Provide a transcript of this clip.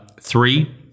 three